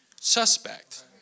suspect